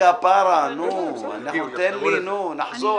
544ג פוצלה, לכן נחזור